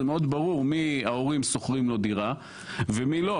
זה מאוד ברור מי ההורים שוכרים לו דירה ומי לא.